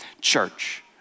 church